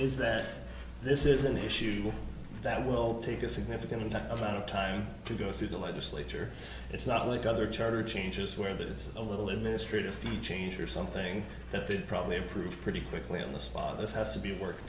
is that this is an issue that will take a significant amount of time to go through the legislature it's not like other charter changes where there is a little administrative change or something that they'd probably approve pretty quickly on the spot this has to be work